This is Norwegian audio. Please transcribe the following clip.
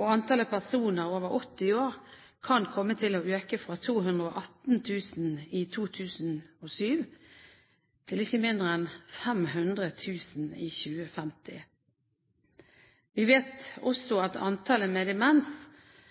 og antallet personer over 80 år kan komme til å øke fra 218 000 i 2007 til ikke mindre enn 500 000 i 2050. Vi vet også at antallet mennesker med demens